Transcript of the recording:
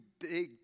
big